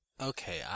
Okay